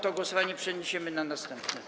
To głosowanie przeniesiemy na następne.